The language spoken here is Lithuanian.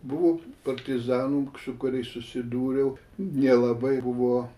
buvo partizanų su kuriais susidūriau nelabai buvo